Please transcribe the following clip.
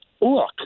Look